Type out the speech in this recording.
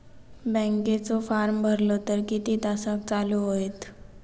बँकेचो फार्म भरलो तर किती तासाक चालू होईत?